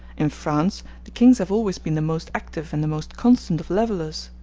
in france the kings have always been the most active and the most constant of levellers.